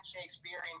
Shakespearean